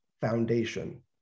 foundation